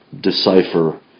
decipher